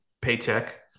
Paycheck